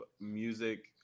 music